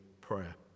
prayer